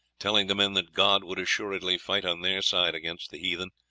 telling the men that god would assuredly fight on their side against the heathen,